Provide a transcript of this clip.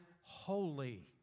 holy